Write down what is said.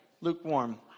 lukewarm